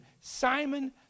Simon